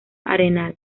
arenal